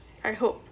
I hope